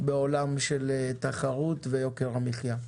בעולם של תחרות ויוקר המחייה.